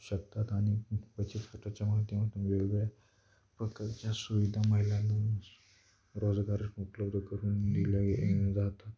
शकतात आणि बचतगटाच्या माध्यमातून वेगवेगळ्या प्रकारच्या सुविधा महिलांनां रोजगार उपलब्ध करून दिल्या ये जातात